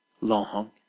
long